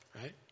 right